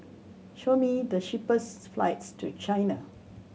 show me the cheapest flights to China